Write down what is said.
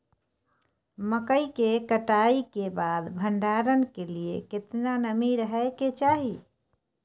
मकई के कटाई के बाद भंडारन के लिए केतना नमी रहै के चाही?